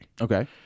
Okay